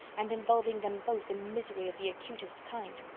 and involving them both in misery of the acutest kind.